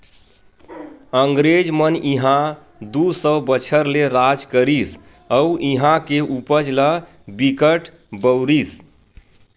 अंगरेज मन इहां दू सौ बछर ले राज करिस अउ इहां के उपज ल बिकट बउरिस